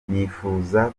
nifuza